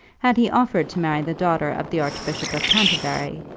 had he offered to marry the daughter of the archbishop of canterbury,